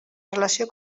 relació